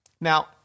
Now